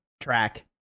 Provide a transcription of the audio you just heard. track